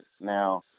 Now